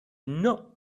not